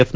F